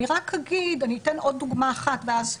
אני אתן עוד דוגמה אחת ואז,